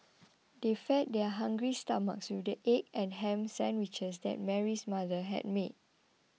they fed their hungry stomachs with the egg and ham sandwiches that Mary's mother had made